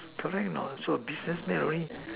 correct not so a business man already